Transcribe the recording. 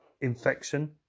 infection